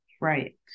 Right